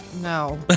No